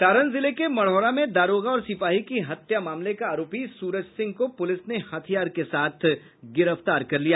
सारण जिले के मढ़ौरा में दारोगा और सिपाही की हत्या मामले का आरोपी सूरज सिंह को पुलिस ने हथियार के साथ गिरफ्तार कर लिया